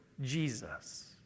Jesus